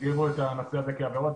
שיגדירו את המצב הזה כעבירות,